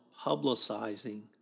publicizing